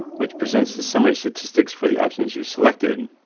which presents the summary statistics for the options you selected.